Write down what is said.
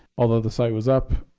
although the site was up,